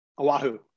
Oahu